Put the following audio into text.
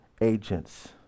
agents